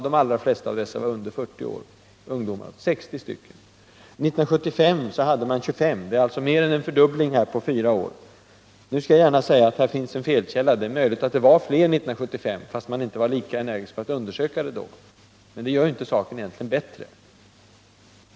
De allra flesta av dessa 60 var under 40 år. 1975 hade man 25 dödsfall, alltså mer än en fördubbling på fyra år. Jag skall gärna erkänna att det kan finnas felkällor. Det är möjligt att dödsfallen var fler 1975, fastän man inte var lika energisk när det gällde att undersöka dem då. Men det gör egentligen inte saken bättre!